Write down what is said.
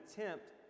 attempt